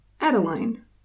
Adeline